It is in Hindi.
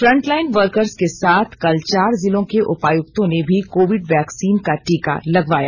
फ्रंटलाइन वर्कर्स के साथ कल चार जिलों के उपायुक्तों ने भी कोविड वैक्सीन का टीका लगवाया